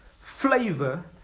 flavor